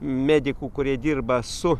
medikų kurie dirba su